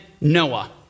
Noah